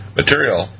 material